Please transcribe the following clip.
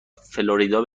فلوریدا